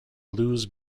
lose